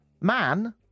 Man